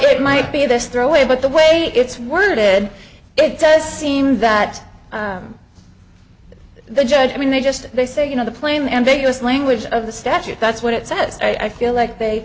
it might be this throwaway but the way it's worded it does seem that the judge i mean they just they say you know the plain ambiguous language of the statute that's what it says i feel like they